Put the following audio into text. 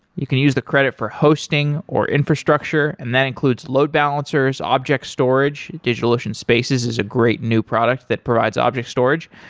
you can use the credit for hosting, or infrastructure and that includes load balancers, object storage, digitalocean spaces is a great new product that provides object storage,